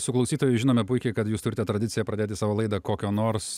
su klausytoju žinome puikiai kad jūs turite tradiciją pradėti savo laidą kokio nors